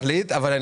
אתה צודק, הדמעות